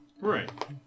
Right